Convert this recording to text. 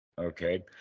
Okay